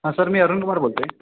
हां सर मी अरुणकुमार बोलतो आहे